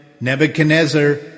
Nebuchadnezzar